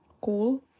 cool